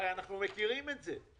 הרי אנחנו מכירים את זה.